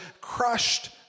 crushed